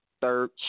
third